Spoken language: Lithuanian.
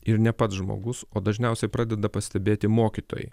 ir ne pats žmogus o dažniausiai pradeda pastebėti mokytojai